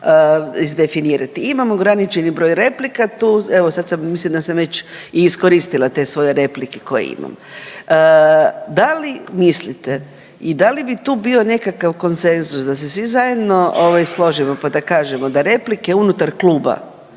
izdefinirati. Imam ograničeni broj replika tu, evo sad sam, mislim da sam već i iskoristila te svoje replike koje imam. Da li mislite i da li bi tu bio nekakav konsenzus da se svi zajedno ovaj složimo pa da kažemo da replike unutar kluba